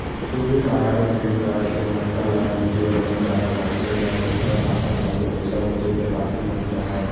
debit card अउ credit card के महत्ता ल मनखे ह तब जादा जानथे जब ओखर खाता म तो पइसा होथे फेर पाकिट म नइ राहय